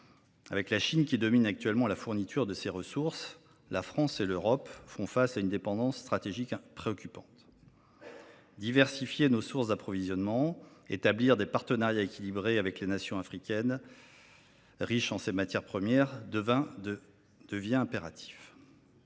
que la Chine domine actuellement la fourniture de ces ressources, la France et l’Europe font face à une dépendance stratégique préoccupante. Diversifier nos sources d’approvisionnement et établir des partenariats équilibrés avec les nations africaines riches de ces matières premières devient impératif.